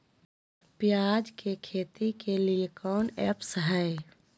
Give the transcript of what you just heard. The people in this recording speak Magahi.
प्याज के खेती के लिए कौन ऐप हाय?